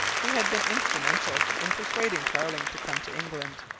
who had been instrumental in persuading tarling to come to england.